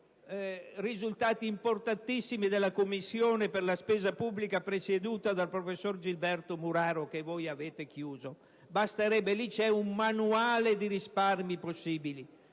Esistono risultati davvero importanti della Commissione per la spesa pubblica, presieduta dal professore Gilberto Muraro, che voi avete chiuso. Basterebbe esaminarli. C'è un manuale di risparmi possibili.